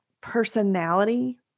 personality